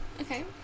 Okay